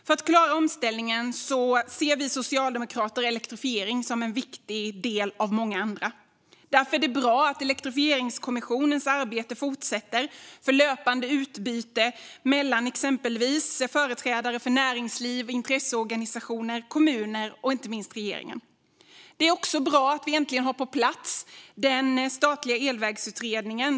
För att klara omställningen ser vi socialdemokrater elektrifiering som en viktig del av många andra. Därför är det bra att elektrifieringskommissionens arbete fortsätter för löpande utbyte mellan exempelvis företrädare för näringsliv, intresseorganisationer, kommuner och inte minst regeringen. Det är också bra att vi äntligen har på plats den statliga elvägsutredningen.